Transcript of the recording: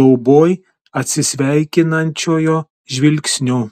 dauboj atsisveikinančiojo žvilgsniu